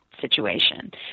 situation